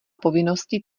povinnosti